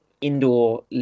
indoor